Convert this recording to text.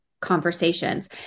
conversations